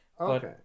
Okay